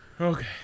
Okay